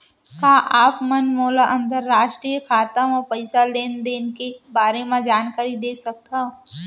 का आप मन मोला अंतरराष्ट्रीय खाता म पइसा लेन देन के बारे म जानकारी दे सकथव?